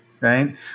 right